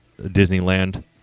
Disneyland